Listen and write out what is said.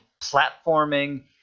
platforming